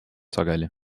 sageli